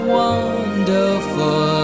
wonderful